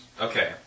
Okay